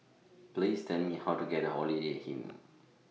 Please Tell Me How to get to Holiday Inn